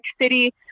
City